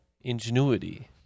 Ingenuity